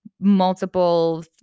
multiple